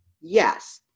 yes